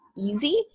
easy